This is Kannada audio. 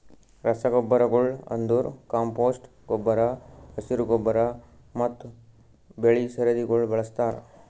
ರಸಗೊಬ್ಬರಗೊಳ್ ಅಂದುರ್ ಕಾಂಪೋಸ್ಟ್ ಗೊಬ್ಬರ, ಹಸಿರು ಗೊಬ್ಬರ ಮತ್ತ್ ಬೆಳಿ ಸರದಿಗೊಳ್ ಬಳಸ್ತಾರ್